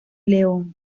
león